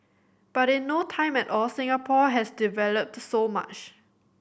but in no time at all Singapore has developed so much